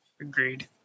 Agreed